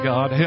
God